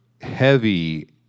heavy